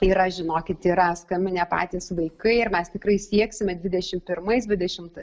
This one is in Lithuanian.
yra žinokit yra skambinę patys vaikai ir mes tikrai sieksime dvidešimt pirmais dvidešimt